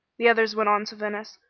the others went on to venice,